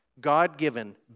God-given